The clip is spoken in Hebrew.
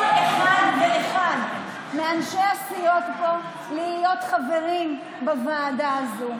לא סתם היה חשוב לכל אחד ואחד מאנשי הסיעות פה להיות חברים בוועדה הזו.